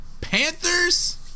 panthers